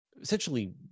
essentially